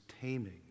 taming